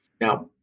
Now